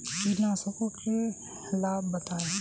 कीटनाशकों के लाभ बताएँ?